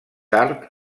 tard